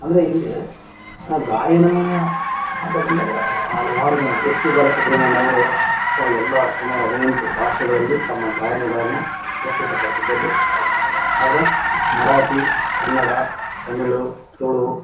ಅಂದರೆ ಇಲ್ಲಿ ಗಾಯನ ಅಂತ ಬಂದಾಗ ಹಲ್ವಾರು ಜನ ಎಸ್ ಪಿ ಬಾಲಸುಬ್ರಮಣ್ಯ ಅವರು ಎಲ್ಲ ಸುಮಾರು ಹದಿನೆಂಟು ಭಾಷೆಗಳಲ್ಲಿ ತಮ್ಮ ಗಾಯನಗಳನ್ನು ಪ್ರಸ್ತುತ ಪಡಿಸಿದ್ದು ನೋಡ್ತೀವಿ ನಾವು ಆದರೆ ಮರಾಠಿ ಕನ್ನಡ ತಮಿಳು ತುಳು